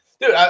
dude